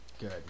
Good